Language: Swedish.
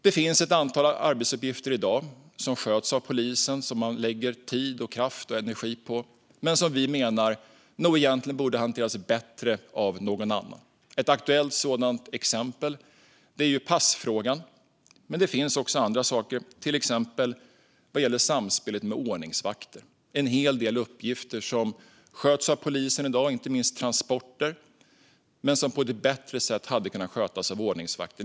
Det finns i dag ett antal arbetsuppgifter som sköts av polisen och som de lägger tid, kraft och energi på men som vi menar nog egentligen skulle hanteras bättre av någon annan. Ett aktuellt exempel är passfrågan. Men det finns också andra saker, till exempel vad gäller samspelet med ordningsvakter. Det är en hel del uppgifter som sköts av polisen i dag, inte minst transporter, men som på ett bättre sätt hade kunnat skötas av ordningsvakter.